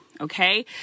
Okay